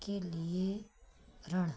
के लिए प्रण